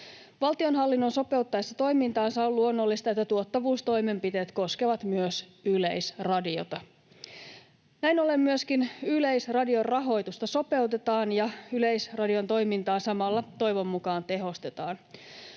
Valtionhallinnon sopeuttaessa toimintaansa on luonnollista, että tuottavuustoimenpiteet koskevat myös Yleisradiota. Näin ollen myöskin Yleisradion rahoitusta sopeutetaan ja Yleisradion toimintaa samalla — toivon mukaan — tehostetaan.